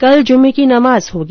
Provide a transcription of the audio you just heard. कल जुम्मे की नमाज होगी